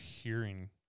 hearing